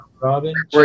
Robin